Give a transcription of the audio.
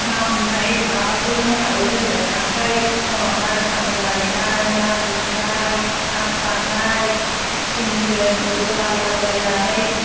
ना हमनाय माबाखौ रोंखागौ जोङो खांख्राइ खन'नाय साम' लायनाय ना गुरनाय ना सारनाय थिंजों दहा बोलायनानै